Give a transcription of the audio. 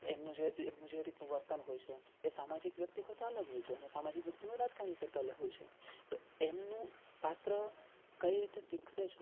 એમનું એમનું જે રીતનું વર્તન હોય છે એ સામાજિક વ્યક્તિ કરતાં અલગ હોય છે અને સામાજિક વ્યક્તિનું રાજકારણી કરતા અલગ હોય છે તો એમનું પાત્ર કઈ રીતે વિકસે છે